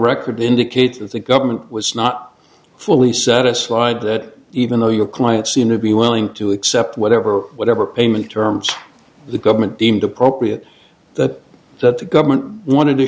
record indicate that the government was not fully satisfied that even though your client seemed to be willing to accept whatever whatever payment terms the government deemed appropriate that that the government wanted to